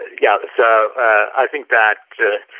yeah but so i think that there